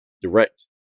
direct